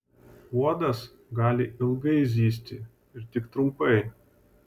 uodas gali ilgai zyzti ir tik trumpai